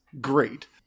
great